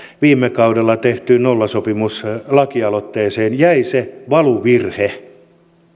viime kaudella tehtyyn nollasopimuslakialoitteeseen jäi valuvirhe